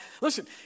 listen